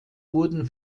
wurden